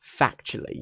factually